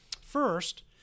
First